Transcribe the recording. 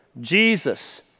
Jesus